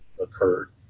occurred